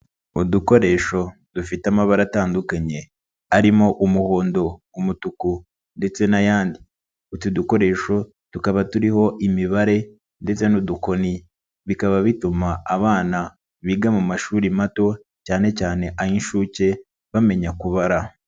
Udukoresho dufite amabara atandukanye arimo umuhondo, umutuku ndetse n'ayandi, utu dukoresho tukaba turiho imibare ndetse n'udukoni, bikaba bituma abana biga mu mashuri mato cyane cyane ay'inshuke bamenya kubara.